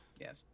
Yes